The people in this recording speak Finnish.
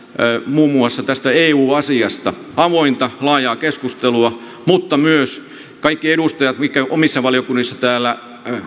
muun muassa tästä eu asiasta avointa laajaa keskustelua mutta niin että myös kaikki edustajat mitkä omissa valiokunnissa täällä